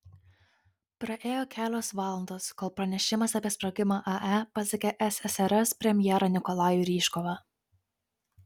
praėjo kelios valandos kol pranešimas apie sprogimą ae pasiekė ssrs premjerą nikolajų ryžkovą